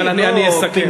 אבל אני אסכם.